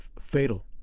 fatal